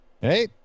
hey